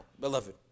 beloved